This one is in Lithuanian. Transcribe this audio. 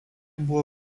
buvo